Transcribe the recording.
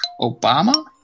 Obama